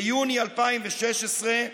ביוני 2016,